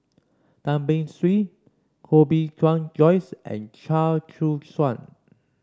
Tan Beng Swee Koh Bee Tuan Joyce and Chia Choo Suan